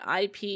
IP